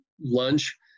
lunch